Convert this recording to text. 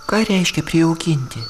ką reiškia prijaukinti